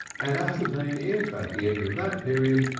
and ascertain if, at the end of that period,